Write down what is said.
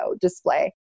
display